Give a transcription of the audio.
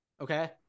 okay